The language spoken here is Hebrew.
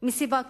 מסיבה כלשהי,